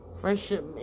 Friendship